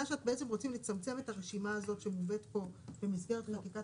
אני מבינה שאתם רוצים לצמצם את הרשימה שמובאת במסגרת חקיקת